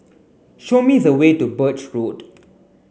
show me the way to Birch Road